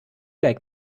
like